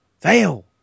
Fail